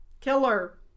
Killer